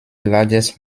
largest